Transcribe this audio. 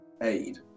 aid